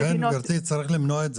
לכן, גברתי, צריך למנוע את זה.